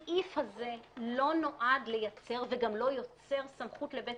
הסעיף הזה לא נועד לייצר וגם לא יוצר סמכות לבית